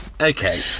okay